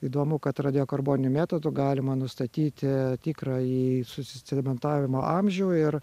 įdomu kad radiokarboniniu metodu galima nustatyti tikrąjį susicementavimo amžių ir